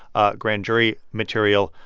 ah grand jury material,